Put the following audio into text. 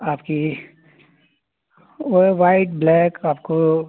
आपकी ओ है व्हाइट ब्लैक आपको